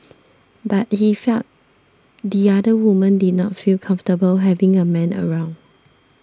but he felt the other women did not feel comfortable having a man around